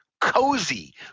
Cozy